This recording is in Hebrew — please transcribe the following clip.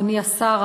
אדוני השר,